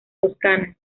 toscana